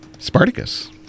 Spartacus